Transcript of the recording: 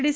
D